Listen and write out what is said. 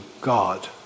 God